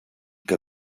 que